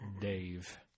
Dave